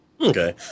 Okay